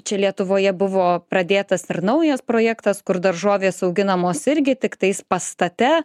čia lietuvoje buvo pradėtas ir naujas projektas kur daržovės auginamos irgi tiktais pastate